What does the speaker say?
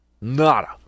Nada